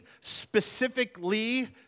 specifically